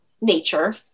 nature